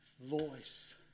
voice